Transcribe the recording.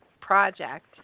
project